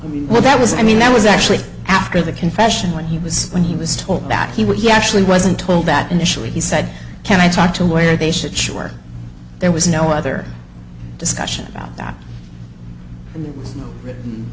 what that was i mean that was actually after the confession when he was when he was told that he would he actually wasn't told that initially he said can i talk to where they should sure there was no other discussion about that